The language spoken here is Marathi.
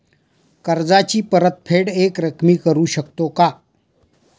कर्जाची परतफेड एकरकमी करू शकतो का?